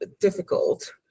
difficult